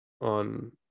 on